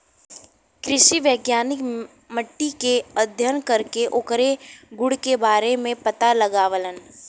कृषि वैज्ञानिक मट्टी के अध्ययन करके ओकरे गुण के बारे में पता लगावलन